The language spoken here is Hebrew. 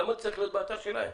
למה זה צריך להיות באתר שלהם?